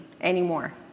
anymore